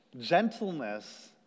gentleness